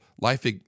life